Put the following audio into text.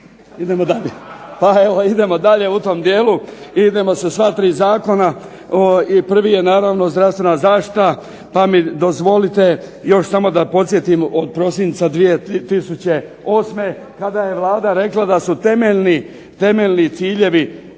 idemo dalje u tom dijelu i idemo sa sva 3 zakona. I prvi je naravno zdravstvena zaštita pa mi dozvolite još samo da podsjetim od prosinca 2008. kada je Vlada rekla da su temeljni ciljevi,